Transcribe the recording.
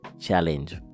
challenge